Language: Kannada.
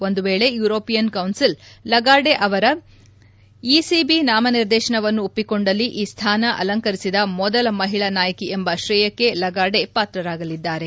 ಒಂದು ವೇಳಿ ಯುರೋಪಿಯನ್ ಕೌನ್ವಿಲ್ ಲಾಗಾರ್ಡೆ ಅವರ ಇಸಿಬಿ ನಾಮನಿರ್ದೇಶನವನ್ನು ಒಪ್ಪಿಕೊಂಡಲ್ಲಿ ಈ ಸ್ಥಾನ ಅಲಂಕರಿಸಿದ ಮೊದಲ ಮಹಿಳಾ ನಾಯಕಿ ಎಂಬ ಶ್ರೇಯಕ್ಕೆ ಲಾಗಾರ್ಡೆ ಪಾತ್ರರಾಗಲಿದ್ದಾರೆ